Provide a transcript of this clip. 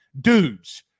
Dudes